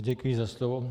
Děkuji za slovo.